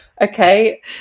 okay